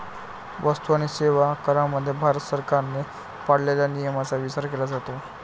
वस्तू आणि सेवा करामध्ये भारत सरकारने पाळलेल्या नियमांचा विचार केला जातो